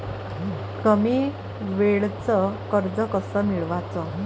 कमी वेळचं कर्ज कस मिळवाचं?